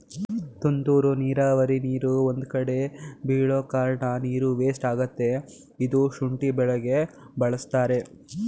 ತುಂತುರು ನೀರಾವರಿ ನೀರು ಒಂದ್ಕಡೆ ಬೀಳೋಕಾರ್ಣ ನೀರು ವೇಸ್ಟ್ ಆಗತ್ತೆ ಇದ್ನ ಶುಂಠಿ ಬೆಳೆಗೆ ಬಳಸ್ತಾರೆ